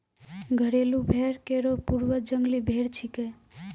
घरेलू भेड़ केरो पूर्वज जंगली भेड़ छिकै